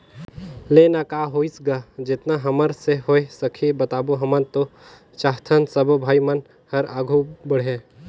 ले ना का होइस गा जेतना हमर से होय सकही बताबो हमन तो चाहथन सबो भाई मन हर आघू बढ़े